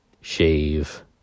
shave